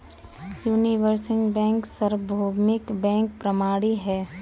universal bank सार्वभौमिक bank प्रणाली है